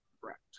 Correct